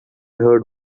heard